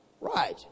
Right